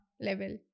level